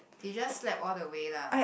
they just slept all the way lah